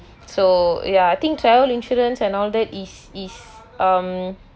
so ya I think travel insurance and all that is is um